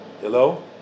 Hello